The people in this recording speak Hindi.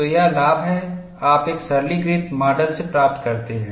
तो यह लाभ है आप एक सरलीकृत माडल से प्राप्त करते हैं